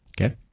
Okay